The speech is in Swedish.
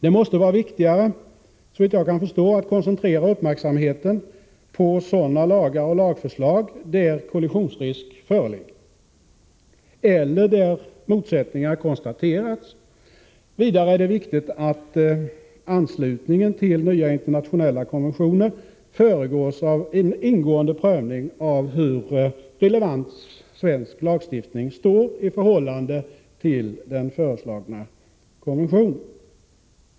Det måste vara viktigare att koncentrera uppmärksamheten på sådana lagar och lagförslag där kollisionsrisk föreligger eller där motsättning konstaterats. Vidare är det viktigt att anslutning till nya internationella konventioner föregås av ingående prövning av hur relevant svensk lagstiftning förhåller sig till den föreslagna konventionen.